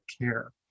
care